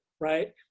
right